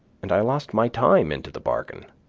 and i lost my time into the bargain.